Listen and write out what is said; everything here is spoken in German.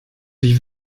ich